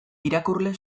irakurle